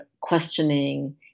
questioning